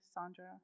Sandra